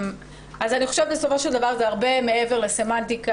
אני חושבת שבסופו של דבר זה הרבה מעבר לסמנטיקה.